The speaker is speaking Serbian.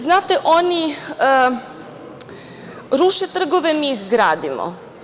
Znate, oni ruše trgove, mi gradimo.